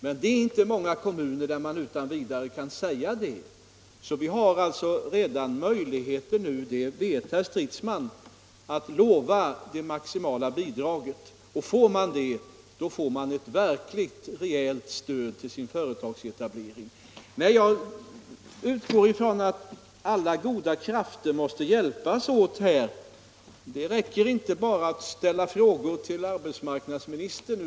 Det finns inte många kommuner där man utan vidare kan säga det. Vi har alltså möjligheter —- det vet herr Stridsman — att lova det maximala bidraget. Den som får det, erhåller också ett verkligt rejält stöd till sin företagsetablering. Jag utgår också från att alla goda krafter måste hjälpas åt i dessa strävanden. Det räcker inte med att bara ställa frågor till arbetsmarknadsministern.